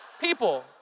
People